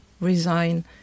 resign